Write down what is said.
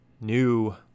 new